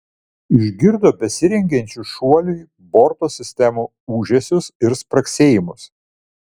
išgirdo besirengiančių šuoliui borto sistemų ūžesius ir spragsėjimus